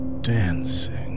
dancing